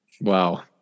Wow